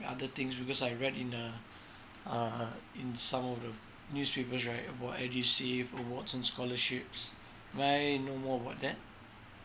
other things because I read in uh err in some of the newspapers right about edusave awards and scholarships may I know more about that